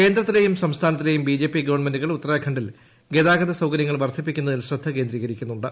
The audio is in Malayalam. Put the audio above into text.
കേന്ദ്രത്തിലെയും സംസ്ഥാനത്തിലെയും ബിജെപി ഗവൺമെന്റുകൾ ഉത്തരാഖണ്ഡിൽ ഗതാഗത സൌകര്യങ്ങൾ വർദ്ധിപ്പിക്കുന്നതിൽ ശ്രദ്ധ കേന്ദ്രീകരിക്കുന്നുണ്ട്